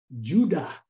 Judah